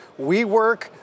WeWork